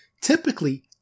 typically